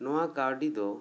ᱱᱚᱣᱟ ᱠᱟ ᱣᱰᱤ ᱫᱚ